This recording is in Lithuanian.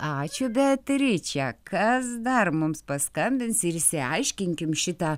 ačiū beatriče kas dar mums paskambins ir išsiaiškinkim šitą